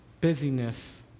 busyness